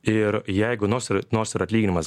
ir jeigu nors ir nors ir atlyginimas